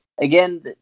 Again